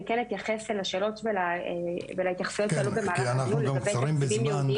אני כן אתייחס לשאלות ולהתייחסויות שעלו כאן במהלך הדיון לגבי